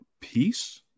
peace